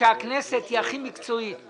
במאות מיליונים והתקצוב נעשה בהתאם לביצוע.